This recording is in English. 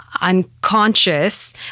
unconscious